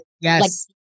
Yes